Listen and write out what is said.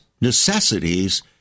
necessities